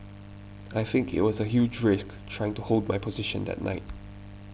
I think it was a huge risk trying to hold my position that night